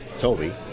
Toby